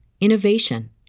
innovation